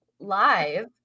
live